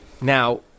Now